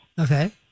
Okay